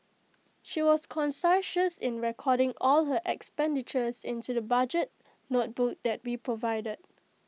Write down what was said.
she was conscientious in recording all her expenditures into the budget notebook that we provided